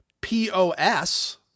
POS